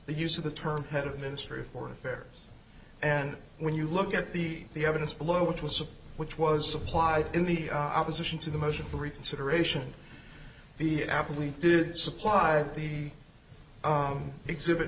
the use of the term head of ministry of foreign affairs and when you look at the the evidence below which was a which was supplied in the opposition to the motion for reconsideration the athlete did supply the exhibit